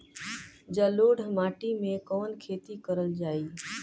जलोढ़ माटी में कवन खेती करल जाई?